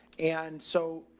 and so,